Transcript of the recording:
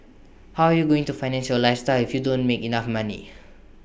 how are you going to finance your lifestyle if you don't make enough money